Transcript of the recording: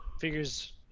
figures